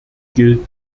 gilt